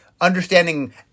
understanding